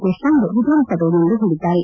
ದೇಶಪಾಂಡೆ ವಿಧಾನಸಭೆಯಲ್ಲಿಂದು ಹೇಳಿದ್ದಾರೆ